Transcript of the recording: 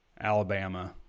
Alabama